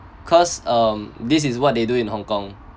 cause um this is what they do in hong kong